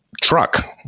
truck